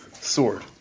sword